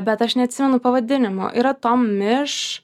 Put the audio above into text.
bet aš neatsimenu pavadinimo yra tomiš